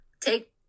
take